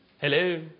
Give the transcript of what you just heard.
Hello